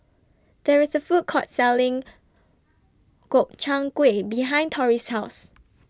There IS A Food Court Selling Gobchang Gui behind Tori's House